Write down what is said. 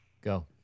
Go